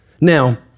Now